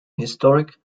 historic